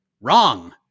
Wrong